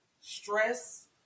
stress